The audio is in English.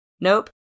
nope